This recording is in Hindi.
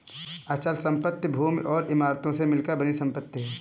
अचल संपत्ति भूमि और इमारतों से मिलकर बनी संपत्ति है